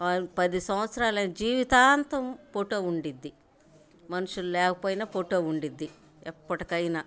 వారు పది సంవత్సరాలై జీవితాంతం ఫోటో ఉంటుంది మనుషులు లేకపోయినా ఫోటో ఉంటుంది ఎప్పటికి అయినా